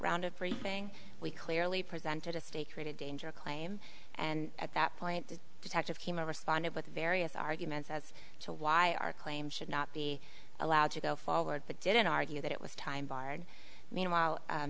round of free thing we clearly presented a state created danger claim and at that point the detective kima responded with various arguments as to why our claim should not be allowed to go forward but didn't argue that it was time barred meanwhile